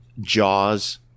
Jaws